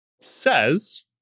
says